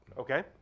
Okay